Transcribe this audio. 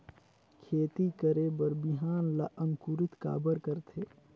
खेती करे बर बिहान ला अंकुरित काबर करथे?